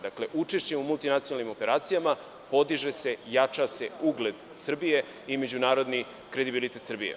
Dakle, učešćem u multinacionalnim operacijama podiže se i jača ugled Srbije i međunarodni kredibilitet Srbije.